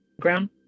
ground